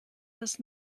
das